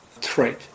trait